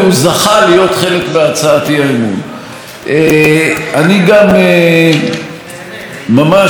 אני גם ממש ממש רציתי להשיב להצעת האי-אמון של סיעת יש עתיד,